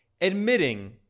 admitting